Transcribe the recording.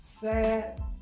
sad